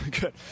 good